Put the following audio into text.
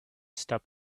stop